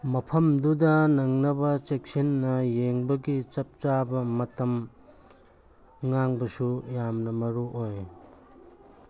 ꯃꯐꯝꯗꯨꯗ ꯅꯪꯅꯕ ꯆꯦꯛꯁꯤꯟꯅ ꯌꯦꯡꯕꯒꯤ ꯆꯞ ꯆꯥꯕ ꯃꯇꯝ ꯉꯥꯏꯕꯁꯨ ꯌꯥꯝꯅ ꯃꯔꯨ ꯑꯣꯏ